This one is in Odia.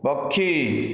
ପକ୍ଷୀ